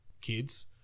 kids